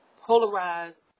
polarized